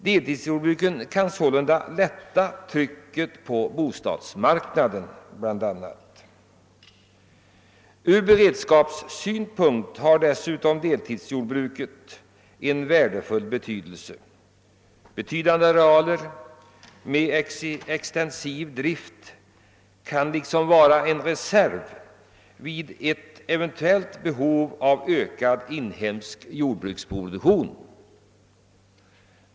Deltidsjordbruken kan sålunda lätta trycket bl.a. på bostadsmarknaden. Dessutom är deltidsjordbruken värdefulla ur beredskapssynpunkt. Betydande arealer med extensiv drift kan fungera som en reserv vid ett eventuellt behov av ökad inhemsk jordbruksproduktion.